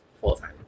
full-time